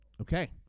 Okay